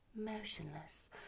motionless